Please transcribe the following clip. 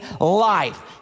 life